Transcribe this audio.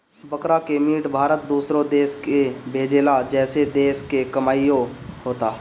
बकरा के मीट भारत दूसरो देश के भेजेला जेसे देश के कमाईओ होता